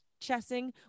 chessing